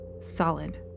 Solid